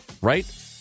right